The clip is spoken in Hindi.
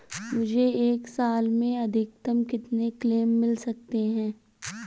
मुझे एक साल में अधिकतम कितने क्लेम मिल सकते हैं?